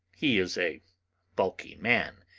he is a bulky man,